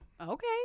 Okay